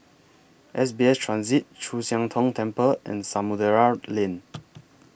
S B S Transit Chu Siang Tong Temple and Samudera Lane